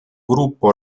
gruppo